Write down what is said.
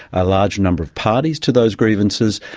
a larger number of parties to those grievances,